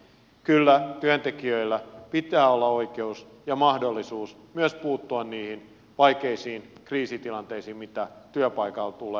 kyllä työntekijöillä pitää olla oikeus ja mahdollisuus myös puuttua niihin vaikeisiin kriisitilanteisiin mitä työpaikalla tulee